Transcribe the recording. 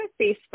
Facebook